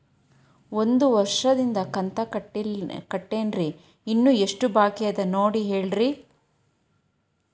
ಒಂದು ವರ್ಷದಿಂದ ಕಂತ ಕಟ್ಟೇನ್ರಿ ಇನ್ನು ಎಷ್ಟ ಬಾಕಿ ಅದ ನೋಡಿ ಹೇಳ್ರಿ